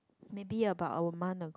maybe about a month ago